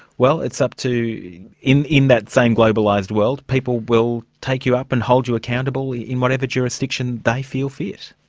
well, it's up to in in that same globalised world, people will take you up and hold you accountable in in whatever jurisdiction they feel fit.